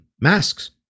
masks